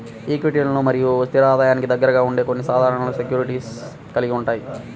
ఈక్విటీలు మరియు స్థిర ఆదాయానికి దగ్గరగా ఉండే కొన్ని సాధనాలను సెక్యూరిటీస్ కలిగి ఉంటాయి